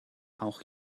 auch